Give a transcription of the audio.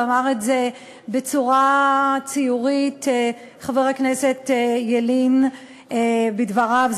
ואמר את זה בצורה ציורית חבר הכנסת ילין בדבריו,